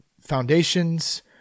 foundation's